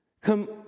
Come